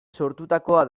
sortutakoa